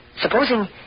supposing